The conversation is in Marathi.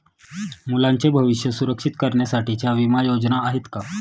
मुलांचे भविष्य सुरक्षित करण्यासाठीच्या विमा योजना आहेत का?